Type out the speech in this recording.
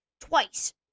twice